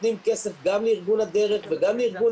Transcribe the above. נותנים כסף גם לארגון הדרך וגם לארגון